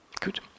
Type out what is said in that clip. Good